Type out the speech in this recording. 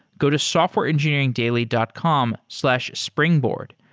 go to softwareengineeringdaily dot com slash springboard.